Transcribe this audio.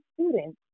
students